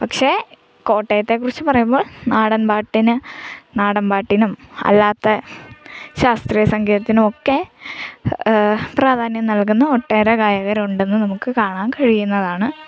പക്ഷേ കോട്ടയത്തെക്കുറിച്ച് പറയുമ്പോൾ നാടൻ പാട്ടിന് നാടൻ പാട്ടിനും അല്ലാത്ത ശാസ്ത്രീയ സംഗീതത്തിനും ഒക്കെ പ്രാധാന്യം നൽകുന്ന ഒട്ടേറെ ഗായകരുണ്ടെന്ന് നമുക്ക് കാണാൻ കഴിയുന്നതാണ്